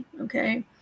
okay